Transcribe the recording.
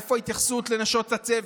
איפה ההתייחסות לנשות הצוות,